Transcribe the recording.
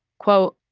quote,